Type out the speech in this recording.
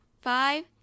five